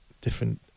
different